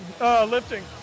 lifting